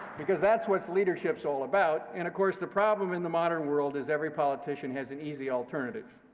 because that's what leadership's all about. and of course, the problem in the modern world is every politician has an easy alternative.